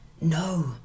No